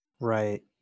Right